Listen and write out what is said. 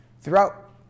Throughout